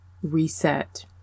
reset